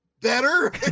better